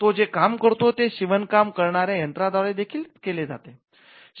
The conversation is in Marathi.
तो जे काम करतो ते शिवण काम करणाऱ्या यंत्राद्वारे देखील केले जाते